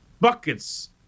buckets